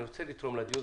אני רוצה לתרום לדיון,